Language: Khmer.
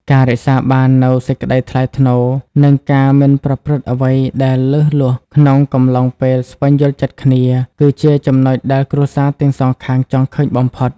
ការរក្សាបាននូវសេចក្ដីថ្លៃថ្នូរ និងការមិនប្រព្រឹត្តអ្វីដែលលើសលួសក្នុងកំឡុងពេលស្វែងយល់ចិត្តគ្នា គឺជាចំណុចដែលគ្រួសារទាំងសងខាងចង់ឃើញបំផុត។